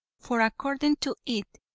for according to it,